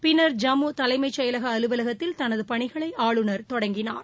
பின்னர் ஜம்மு தலைமைச் செயலக அலுவலகத்தில் தனது பணிகளை ஆளுநர் தொடங்கினார்